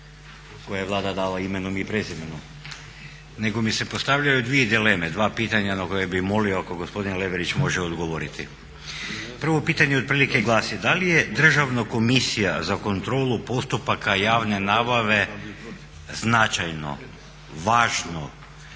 koje je Vlada dala imenom i prezimenom nego mi se postavljaju dvije dileme, dva pitanja na koje bih molio ako gospodin Leverić može odgovoriti. Prvo pitanje otprilike glasi, da li je Državna komisija za kontrolu postupaka javne nabave značajno, važno,